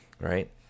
right